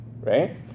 right